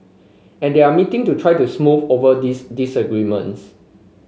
and they are meeting to try to smooth over these disagreements